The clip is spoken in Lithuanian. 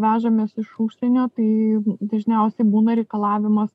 vežamės iš užsienio tai dažniausi būna reikalavimas